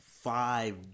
Five